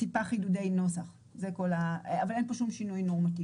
טיפה חידודי נוסח, אבל אין פה שום שינוי נורמטיבי.